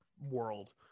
world